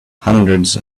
hundreds